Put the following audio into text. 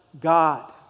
God